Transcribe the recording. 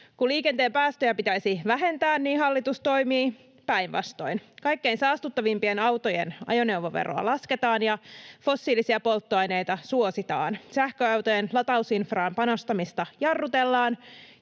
Kun liikenteen päästöjä pitäisi vähentää, niin hallitus toimii päinvastoin: kaikkein saastuttavimpien autojen ajoneuvoveroa lasketaan ja fossiilisia polttoaineita suositaan, sähköautojen latausinfraan panostamista jarrutellaan,